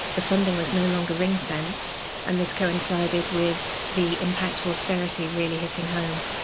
the funding was no longer ringfenced and this coincided with the impact of austerity really hitting home.